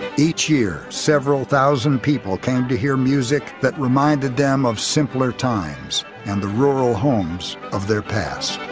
each year. several thousand people came to hear music that reminded them of simpler times and the rural homes of their past